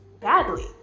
badly